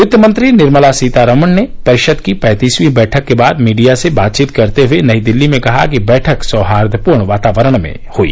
वित्तमंत्री निर्मला सीतारमण ने परिषद की पैंतसवीं बैठक के बाद मीडिया से बातचीत करते हुए नई दिल्ली में कहा कि बैठक सौहार्दपूर्ण वातावरण में हुई